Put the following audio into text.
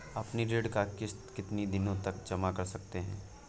अपनी ऋण का किश्त कितनी दिनों तक जमा कर सकते हैं?